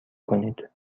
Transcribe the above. کنید